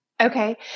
Okay